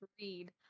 Read